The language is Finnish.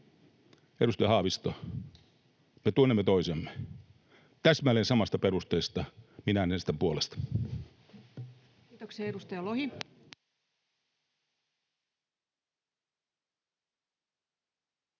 Edustaja Haavisto, me tunnemme toisemme. Täsmälleen samasta perusteesta minä äänestän puolesta.